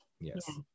yes